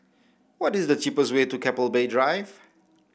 what is the cheapest way to Keppel Bay Drive